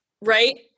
right